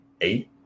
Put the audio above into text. eight